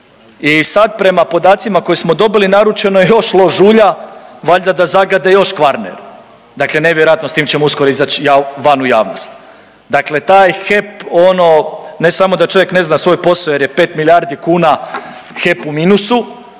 I sad prema podacima koje smo dobili naručeno je još lož ulja valjda da zagade još Kvarner. Dakle, nevjerojatno s tim ćemo uskoro izać van u javnost. Dakle, taj HEP ono ne samo da čovjek ne zna svoj posao jer je pet milijardi kuna HEP u minusu